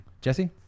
Jesse